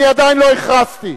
אני עדיין לא הכרזתי.